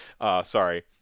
Sorry